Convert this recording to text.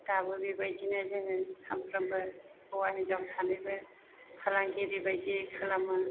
दाबो बेबायदिनो जोङो सानफ्रोमबो हौवा हिन्जाव सानैबो फालांगिरि बायदि खालामो